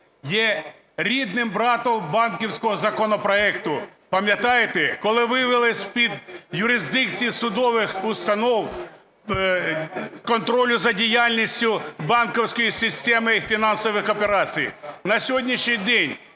є рідним братом банківського законопроекту, пам'ятаєте, коли вивели з-під юрисдикції судових установ контролю за діяльністю банківської системи фінансових операцій. На сьогоднішній день